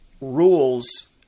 rules